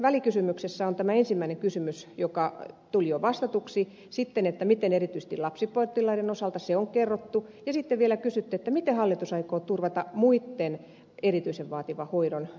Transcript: teidän välikysymyksenne ensimmäinen kysymys tuli jo vastatuksi sitten se miten erityisesti lapsipotilaiden osalta toimitaan on kerrottu ja sitten vielä kysytte miten hallitus aikoo turvata muitten erityisen vaativan hoidon